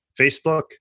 Facebook